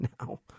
now